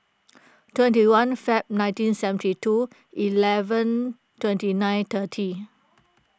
twenty one Feb nineteen seventy two eleven twenty nine thirty